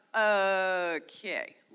okay